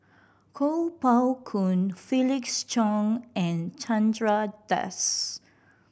Kuo Pao Kun Felix Cheong and Chandra Das